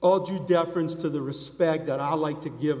all due deference to the respect that i like to give a